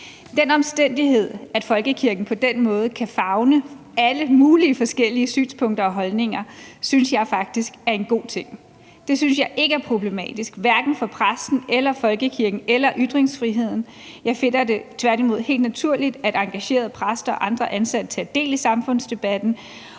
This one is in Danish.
Den omstændighed, at folkekirken på den måde kan favne alle mulige forskellige synspunkter og holdninger, synes jeg faktisk er en god ting, og det synes jeg hverken er problematisk for præsten eller folkekirken eller ytringsfriheden. Jeg finder det tværtimod helt naturligt, at engagerede præster og andre ansatte tager del i samfundsdebatten,